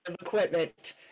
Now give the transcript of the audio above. equipment